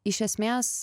iš esmės